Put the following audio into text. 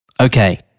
Okay